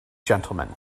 gentlemen